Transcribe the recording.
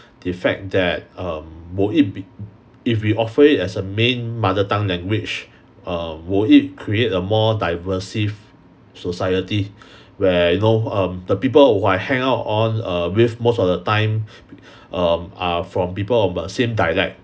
the fact that um would it be if we offer it as a main mother tongue language um will it create a more diversive society where you know um the people who I hang out on err with most of the time um are from people of same dialect